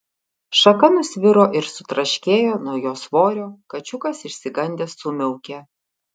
šaka nusviro ir sutraškėjo nuo jo svorio kačiukas išsigandęs sumiaukė